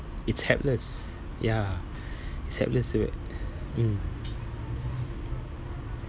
it's helpless ya it's helpless mm